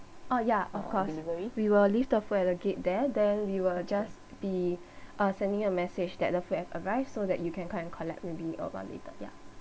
uh ya of course we will leave the food at the gate there then we will just be uh sending a message that the food have arrive so that you can come and collect maybe a while later ya